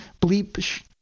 bleep